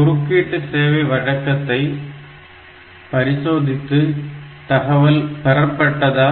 எனவே குறுக்கீட்டு சேவை வழக்கத்தை பரிசோதித்து தகவல் பெறப்பட்டதா